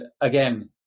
again